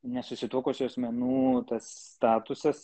nesusituokusių asmenų tas statusas